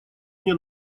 мне